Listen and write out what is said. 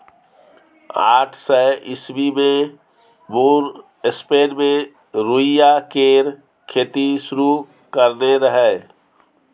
आठ सय ईस्बी मे मुर स्पेन मे रुइया केर खेती शुरु करेने रहय